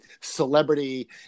celebrity